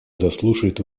заслушает